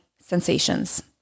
sensations